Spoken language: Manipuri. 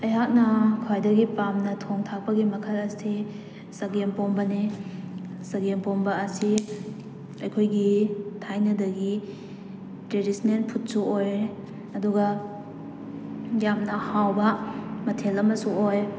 ꯑꯩꯍꯥꯛꯅ ꯈ꯭ꯋꯥꯏꯗꯒꯤ ꯄꯥꯝꯅ ꯊꯣꯡ ꯊꯥꯛꯄꯒꯤ ꯃꯈꯜ ꯑꯁꯤ ꯆꯒꯦꯝ ꯄꯣꯝꯕꯅꯤ ꯆꯒꯦꯝ ꯄꯣꯝꯕ ꯑꯁꯤ ꯑꯩꯈꯣꯏꯒꯤ ꯊꯥꯏꯅꯗꯒꯤ ꯇ꯭ꯔꯦꯗꯤꯁꯅꯦꯜ ꯐꯨꯗꯁꯨ ꯑꯣꯏꯔꯦ ꯑꯗꯨꯒ ꯌꯥꯝꯅ ꯍꯥꯎꯕ ꯃꯊꯦꯜ ꯑꯃꯁꯨ ꯑꯣꯏ